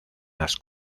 las